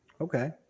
Okay